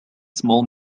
small